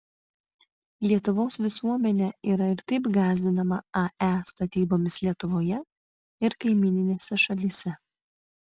lietuvos visuomenė yra ir taip gąsdinama ae statybomis lietuvoje ir kaimyninėse šalyse